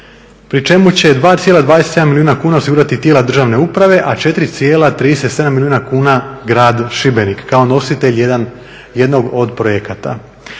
pri čemu će 2,27 milijuna kuna osigurati tijela državne uprave a 4,37 milijuna kuna Grad Šibenik kao nositelj jednog od projekata.